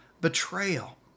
Betrayal